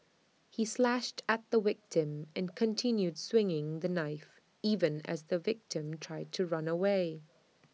he slashed at the victim and continued swinging the knife even as the victim tried to run away